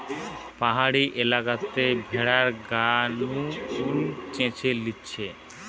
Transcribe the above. পাহাড়ি এলাকাতে ভেড়ার গা নু উল চেঁছে লিছে